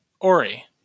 Ori